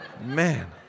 Man